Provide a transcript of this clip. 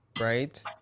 right